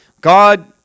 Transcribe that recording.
God